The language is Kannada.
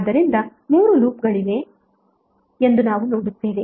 ಆದ್ದರಿಂದ 3 ಲೂಪ್ಗಳಿವೆ ಎಂದು ನಾವು ನೋಡುತ್ತೇವೆ